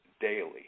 daily